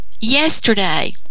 yesterday